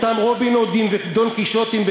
אותם רובין-הודים ודון-קישוטים,